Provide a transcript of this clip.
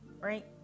Right